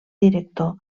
director